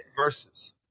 verses